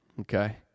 Okay